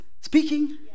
speaking